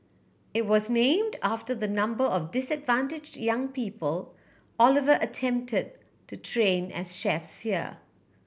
it was named after the number of disadvantaged young people Oliver attempted to train as chefs there